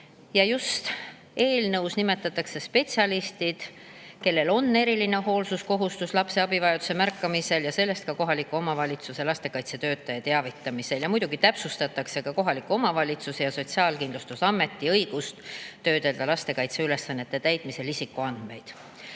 Eelnõus nimetatakse spetsialistid, kellel on eriline hoolsuskohustus lapse abivajaduse märkamisel ja sellest ka kohaliku omavalitsuse lastekaitsetöötaja teavitamisel. Muidugi täpsustatakse kohaliku omavalitsuse ja Sotsiaalkindlustusameti õigust lastekaitseülesannete täitmisel isikuandmeid